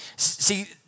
See